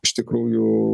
iš tikrųjų